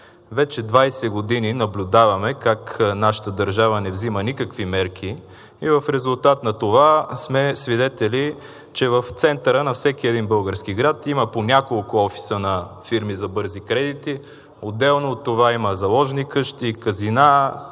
Вече 20 години наблюдаваме как нашата държава не взема никакви мерки и в резултат на това сме свидетели, че в центъра на всеки един български град има по няколко офиса на фирми за бързи кредити. Отделно от това има заложни къщи, казина,